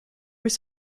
was